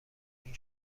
این